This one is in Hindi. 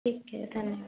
ठीक है धन्यवाद